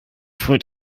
food